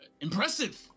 impressive